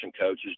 coaches